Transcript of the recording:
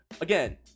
again